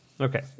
Okay